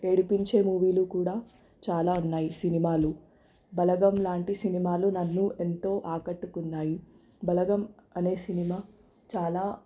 ఏడిపించే మూవీలు కూడా చాలా ఉన్నాయి సినిమాలు బలగం లాంటి సినిమాలు నన్ను ఎంతో ఆకట్టుకున్నాయి బలగం అనే సినిమా చాలా